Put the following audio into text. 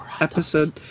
episode